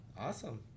awesome